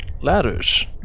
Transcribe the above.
Ladders